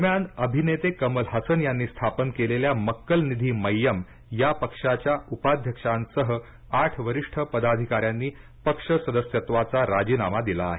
दरम्यान अभिनेते कमल हसन यांनी स्थापन केलेल्या मक्कल निधी मय्यम या पक्षाच्या उपाध्यक्षांसह आठ वरिष्ठ पदाधिकाऱ्यांनी पक्ष सदस्यत्वाचा राजीनामा दिला आहे